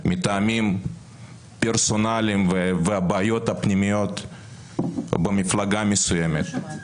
מטעמים פרסונליים ובעיות פנימיות במפלגה מסוימת,